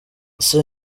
ese